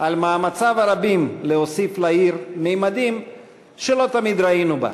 על מאמציו הרבים להוסיף ממדים שלא תמיד ראינו בה,